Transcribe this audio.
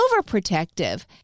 overprotective